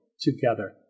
together